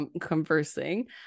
conversing